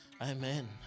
amen